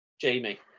Jamie